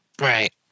Right